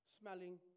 smelling